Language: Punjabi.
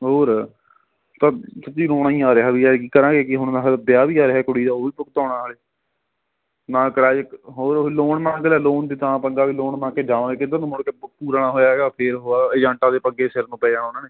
ਹੋਰ ਤਾਂ ਸੱਚੀਂ ਰੋਣਾ ਹੀ ਆ ਰਿਹਾ ਵੀ ਐਤਕੀ ਕਰਾਂਗੇ ਕੀ ਹੁਣ ਮੈਂ ਕਿਹਾ ਵਿਆਹ ਵੀ ਆ ਰਿਹਾ ਕੁੜੀ ਦਾ ਉਹ ਵੀ ਭੁਗਤਾਣਾ ਹਜੇ ਨਾ ਕਰਾਏ ਹੋਰ ਲੋਨ ਮੰਗਦਾ ਲੋਨ ਦੇ ਤਾਂ ਪੰਗਾ ਵੀ ਲੋਨ ਮੰਗ ਕੇ ਜਾਵਾਂਗੇ ਕਿੱਧਰ ਨੂੰ ਮੁੜ ਕੇ ਪੂਰਾ ਨਾ ਹੋਇਆ ਹੈਗਾ ਫੇਰ ਉਹ ਏਜੰਟਾਂ ਦੇ ਪੰਗੇ ਸਿਰ ਨੂੰ ਪੈ ਜਾਣਾ ਉਹਨਾਂ ਨੇ